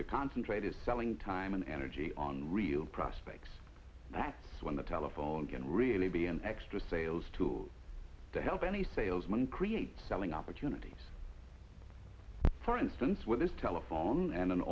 to concentrate is selling time and energy on real prospects that's when the telephone can really be an extra sales tool to help any salesman create selling opportunities for instance with this telephone and an